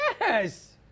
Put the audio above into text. Yes